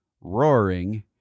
roaring